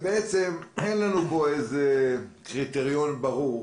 שבעצם אין לנו פה איזה קריטריון ברור,